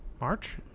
March